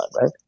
right